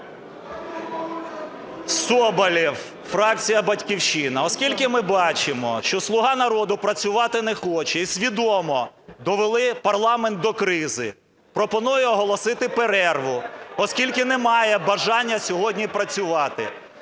Соболєв, фракція "Батьківщина". Оскільки ми бачимо, що "Слуга народу" працювати не хоче і свідомо довели парламент до кризи, пропоную оголосити перерву. Оскільки немає бажання сьогодні працювати,